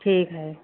ठीक है